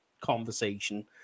Conversation